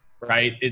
right